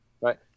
right